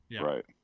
Right